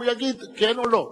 והוא יגיד כן או לא.